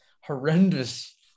horrendous